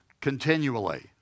continually